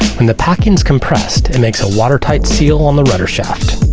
when the packing's compressed, it makes a watertight seal on the rudder shaft.